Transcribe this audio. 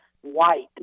White